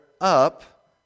up